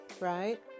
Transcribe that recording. right